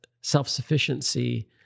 self-sufficiency